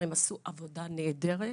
הם עשו עבודה נהדרת.